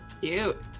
Cute